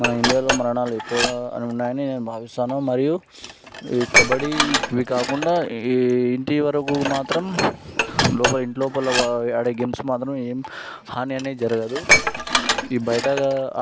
మన ఇండియాలో మరణాలు ఎక్కువగా అని ఉన్నాయని నేను భావిస్తాను మరియు ఈ కబడ్డీ ఇవి కాకుండా ఈ ఇంటి వరకు మాత్రం లోపల ఇంటి లోపల ఆడే గేమ్స్ మాత్రం ఏం హాని అనేది జరగదు ఈ బయట